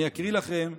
אני אקריא לכם,